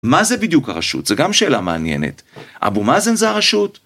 מה זה בדיוק הרשות? זו גם שאלה מעניינת. אבו מאזן זה הרשות?